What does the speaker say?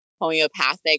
homeopathic